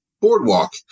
Boardwalk